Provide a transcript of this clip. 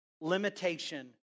limitation